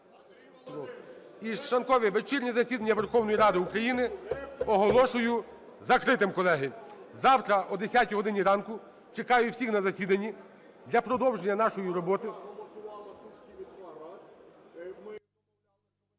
Шановні, вечірнє засідання Верховної Ради України оголошую закритим, колеги. Завтра о 10 годині ранку чекаю всіх на засіданні для продовження нашої роботи.